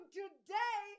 today